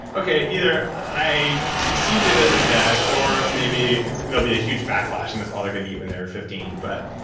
okay, either i succeeded as a dad, or maybe there'll be a huge backlash and that's all they're gonna eat when they're fifteen. but,